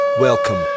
Welcome